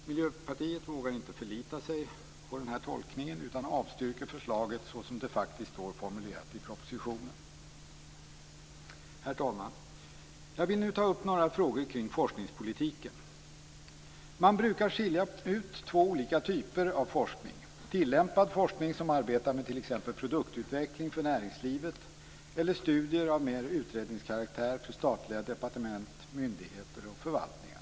Miljöpartiet vågar inte förlita sig på den här tolkningen utan avstyrker förslaget så som det faktiskt står formulerat i propositionen. Herr talman! Jag vill nu ta upp några frågor kring forskningspolitiken. Man brukar skilja ut två olika typer av forskning. Den ena typen är tillämpad forskning som arbetar med t.ex. produktutveckling för näringslivet eller studier av mer utredningskaraktär för statliga departement, myndigheter och förvaltningar.